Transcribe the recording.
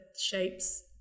shapes